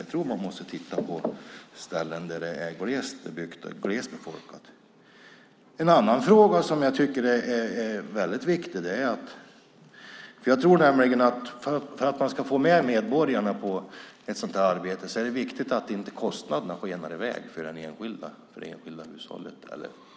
Jag tror att man måste titta på ställen där det är glest bebyggt och glest befolkat. För att man ska få med medborgarna på ett sådant här arbete är det viktigt att inte kostnaderna skenar i väg för det enskilda hushållet.